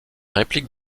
réplique